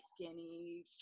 skinny